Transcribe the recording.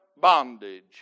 bondage